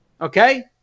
Okay